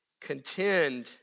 contend